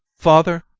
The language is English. father,